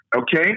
Okay